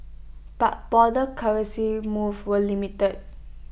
but broader currency moves were limited